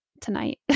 tonight